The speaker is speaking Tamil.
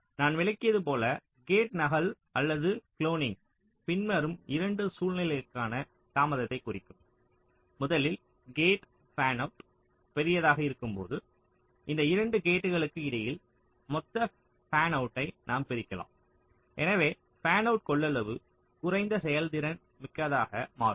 நான் விளக்கியது போல கேட் நகல் அல்லது குளோனிங் பின்வரும் 2 சூழ்நிலைகளுக்கான தாமதத்தை குறைக்கும் முதலில் கேட் ஃபேன்அவுட் பெரியதாக இருக்கும்போது இந்த 2 கேட்களுக்கு இடையில் மொத்த ஃபேன்அவுட்டை நாம் பிரிக்கலாம் எனவே ஃபேன்அவுட் கொள்ளளவு குறைந்த செயல்திறன் மிக்கதாக மாறும்